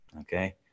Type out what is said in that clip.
okay